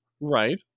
right